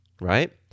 right